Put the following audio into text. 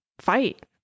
fight